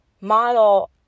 model